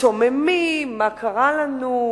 ומשתוממים מה קרה לנו,